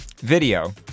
video